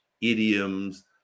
idioms